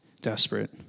desperate